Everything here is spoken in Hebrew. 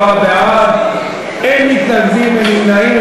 44 בעד, אין מתנגדים, אין נמנעים.